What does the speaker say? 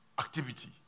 activity